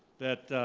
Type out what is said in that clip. that